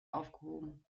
aufgehoben